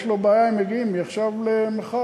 יש לו בעיה, הם מגיעים, מעכשיו למחר.